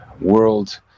world